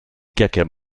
chiacchiera